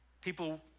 people